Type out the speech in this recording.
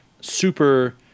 super